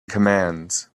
commands